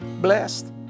blessed